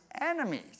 enemies